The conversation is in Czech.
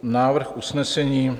Návrh usnesení: